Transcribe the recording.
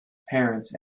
parents